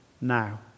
now